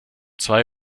zwei